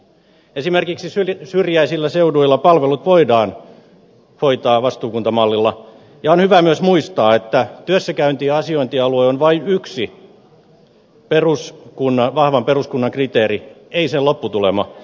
esimerkiksi syrjäisillä seuduilla palvelut voidaan hoitaa vastuukuntamallilla ja on hyvä myös muistaa että työssäkäynti ja asiointialue on vain yksi vahvan peruskunnan kriteeri ei sen lopputulema